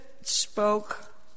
spoke